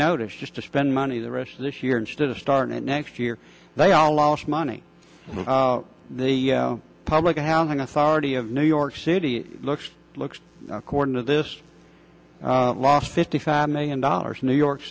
notice just to spend money the rest of this year instead of starting next year they all lost money the public housing authority of new york city looks looks according to this last fifty five million dollars new york